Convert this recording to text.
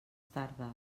tardes